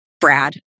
Brad